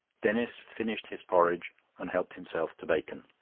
denis finished his porridge and helped himself to bacon.